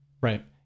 Right